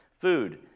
Food